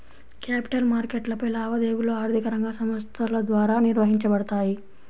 capital మార్కెట్లపై లావాదేవీలు ఆర్థిక రంగ సంస్థల ద్వారా నిర్వహించబడతాయి